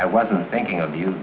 i wasn't thinking of you